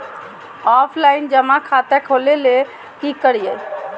Offline जमा खाता खोले ले की करिए?